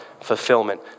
fulfillment